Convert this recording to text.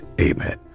amen